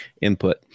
input